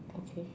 okay